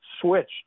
switched